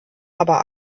aber